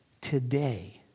Today